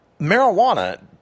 marijuana